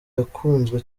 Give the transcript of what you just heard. yakunzwe